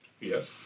Yes